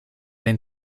den